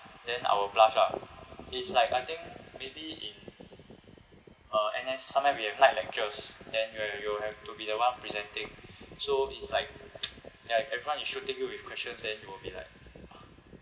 then I will blush ah it's like I think maybe in uh N_S sometimes we have light lectures then you'll ha~ you will have to be the one presenting so it's like ya if everyone is shooting you with questions then you will be like